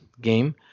game